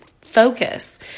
focus